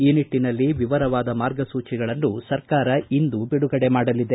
ಈ ನಿಟ್ಟನಲ್ಲಿ ವಿವರವಾದ ಮಾರ್ಗಸೂಚಿಗಳನ್ನು ಸರ್ಕಾರ ಇಂದು ಬಿಡುಗಡೆ ಮಾಡಲಿದೆ